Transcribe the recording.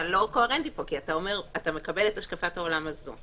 אתה לא קוהרנטי כי אתה מקבל את השקפת העולם הזאת,